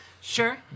Sure